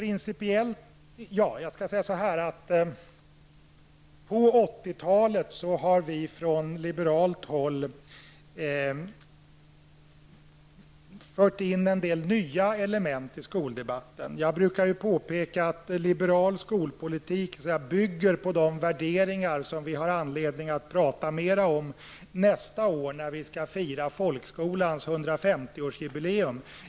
Under 80-talet har vi från liberalt håll fört in en del nya element i skoldebatten. Jag brukar påpeka att liberal skolpolitik bygger på de värderingar som vi har anledning att tala mer om nästa år när vi skall fira folkskolans 150-års jubileum.